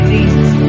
Jesus